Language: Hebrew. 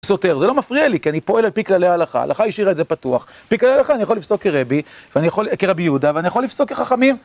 סותר, זה לא מפריע לי כי אני פועל על פי כללי ההלכה, ההלכה השאירה את זה פתוח. על פי ההלכה אני יכול לפסוק כרבי, אני יכול, כרבי יהודה, ואני יכול לפסוק כחכמים.